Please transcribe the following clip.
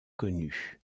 connues